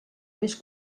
més